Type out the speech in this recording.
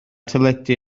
teledu